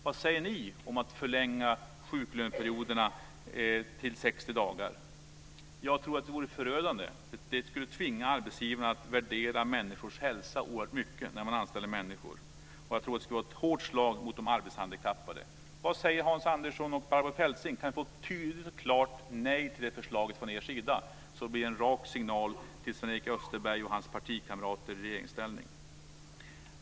Vad säger ni om att förlänga sjuklöneperioderna till 60 dagar? Jag tror att det vore förödande. Det skulle tvinga arbetsgivarna att värdera människors hälsa oerhört mycket när man anställer dem. Jag tror att det skulle vara ett hårt slag mot de arbetshandikappade. Vad säger Hans Andersson och Barbro Feltzing? Kan jag få ett tydligt och klart nej till det förslaget från er sida så det blir en rak signal till Sven-Erik Österberg och hans partikamrater i regeringsställning.